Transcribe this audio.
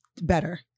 better